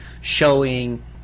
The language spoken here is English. showing